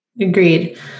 Agreed